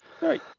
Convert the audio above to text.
right